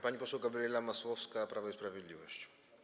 Pani poseł Gabriela Masłowska, Prawo i Sprawiedliwość.